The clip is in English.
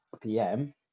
PM